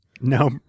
No